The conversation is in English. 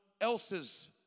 else's